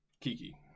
kiki